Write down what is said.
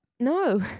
No